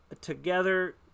together